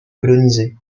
colonisée